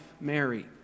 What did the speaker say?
Mary